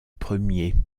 premier